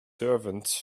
servants